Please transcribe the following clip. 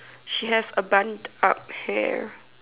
she have a bund up hair